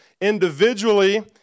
individually